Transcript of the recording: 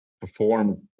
perform